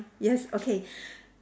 yes okay